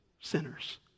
sinners